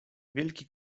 wielki